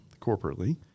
corporately